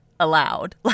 allowed